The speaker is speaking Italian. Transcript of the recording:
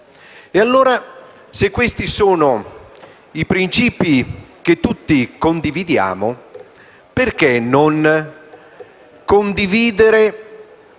Allora, se questi sono i principi che tutti condividiamo, perché non approvare